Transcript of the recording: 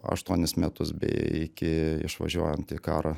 aštuonis metus bei iki išvažiuojant į karą